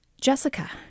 Jessica